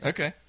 Okay